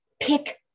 Pick